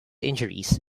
injuries